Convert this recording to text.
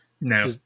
No